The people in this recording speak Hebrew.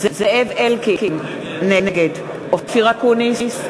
זאב אלקין, נגד אופיר אקוניס,